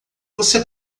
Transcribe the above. você